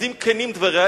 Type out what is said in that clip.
אז אם כנים דבריה,